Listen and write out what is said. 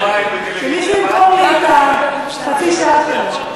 שימי, שמישהו ימכור לי את החצי שעה שלו.